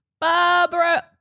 Barbara